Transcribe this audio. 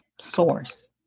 source